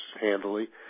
handily